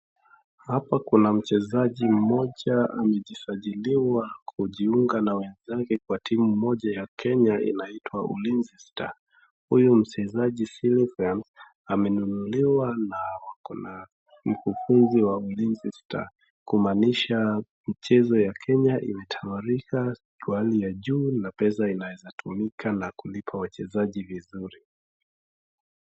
Hapa kuna mchezaji mmoja amejisajiliwa kujiunga na wenzake kwa timu moja ya Kenya inaitwa Ulinzi Stars . Huyu mchezaji, Slvaine, amenunuliwa na wako na mkufunzi wa Ulinzi Stars . Kumaanisha michezo ya Kenya imetawalika kwa hali ya juu na pesa inaweza tumika na kulipa wachezaji vizuri.